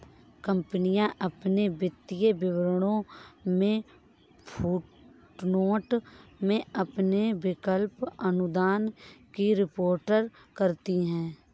कंपनियां अपने वित्तीय विवरणों में फुटनोट में अपने विकल्प अनुदान की रिपोर्ट करती हैं